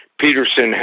Peterson